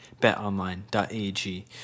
betonline.ag